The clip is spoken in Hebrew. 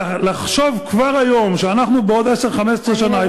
להעביר לשם את מינהל התכנון ולחשוב כבר היום שאנחנו בעוד 15-10 שנה,